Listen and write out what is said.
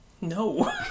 No